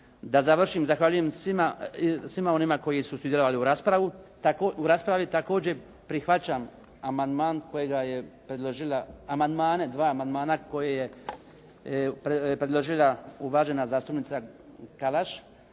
da završim. Zahvaljujem svima onima koji su sudjelovali u raspravi. Također prihvaćam amandmane, dva amandmana koje je predložila uvažena zastupnica Kalaš